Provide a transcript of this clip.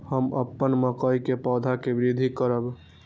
हम अपन मकई के पौधा के वृद्धि करब?